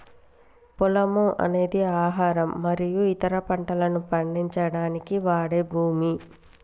పొలము అనేది ఆహారం మరియు ఇతర పంటలను పండించడానికి వాడే భూమి